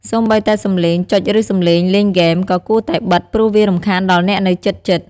សូម្បីតែសំឡេងចុចឬសំឡេងលេងហ្គេម ក៏គួរតែបិទ ព្រោះវារំខានដល់អ្នកនៅជិតៗ។